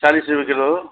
चालिस रुपियाँ किलो